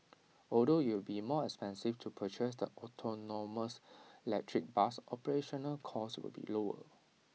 although IT will be more expensive to purchase the autonomous electric bus operational costs will be lower